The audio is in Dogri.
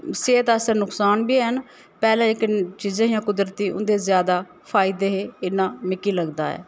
सेह्द आस्तै नुकसान बी हैन पैह्ले जेह्के चीज़ां हियां कुदरती उं'दे ज्यादा फायदे हे इन्ना मिकी लगदा ऐ